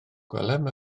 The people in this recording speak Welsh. gwelem